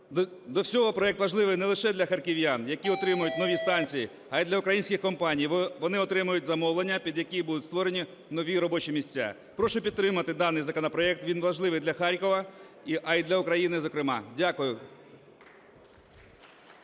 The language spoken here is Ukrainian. До всього, проект важливий не тільки для харків'ян, які отримають нові станції, а й для українських компаній, вони отримають замовлення, під які будуть створені нові робочі місця. Прошу підтримати даний законопроект. Він важливий для Харкова і для України, зокрема. Дякую.